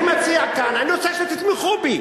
אני מציע כאן, אני רוצה שתתמכו בי,